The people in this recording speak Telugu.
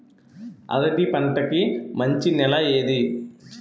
అరటి పంట కి మంచి నెల ఏది?